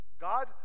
God